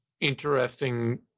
interesting